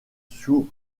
sous